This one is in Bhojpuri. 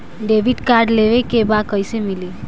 डेबिट कार्ड लेवे के बा कईसे मिली?